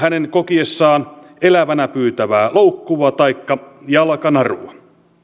kokiessaan elävänä pyytävää loukkua taikka jalkanarua